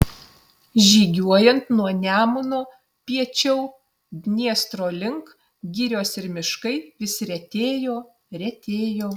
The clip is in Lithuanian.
žygiuojant nuo nemuno piečiau dniestro link girios ir miškai vis retėjo retėjo